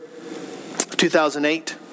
2008